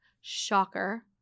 Shocker